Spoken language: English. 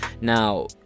Now